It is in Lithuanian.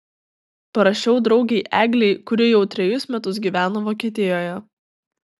parašiau draugei eglei kuri jau trejus metus gyveno vokietijoje